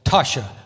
Tasha